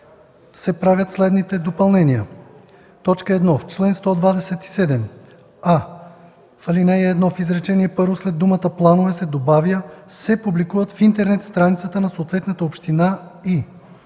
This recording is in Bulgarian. правят следните допълнения: